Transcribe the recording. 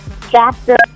chapter